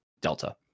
Delta